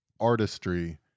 Artistry